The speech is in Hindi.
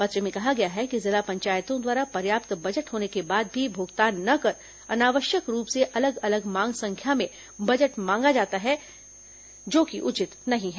पत्र में कहा गया है कि जिला पंचायतों द्वारा पर्याप्त बजट होने के बाद भी भुगतान न कर अनावश्यक रूप से अलग अलग मांग संख्या में बजट मांगा जाता है जो कि उचित नहीं है